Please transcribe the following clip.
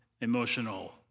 emotional